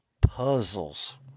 Puzzles